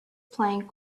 plank